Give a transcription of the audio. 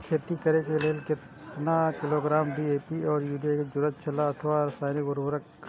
मकैय के खेती करे के लेल केतना किलोग्राम डी.ए.पी या युरिया के जरूरत छला अथवा रसायनिक उर्वरक?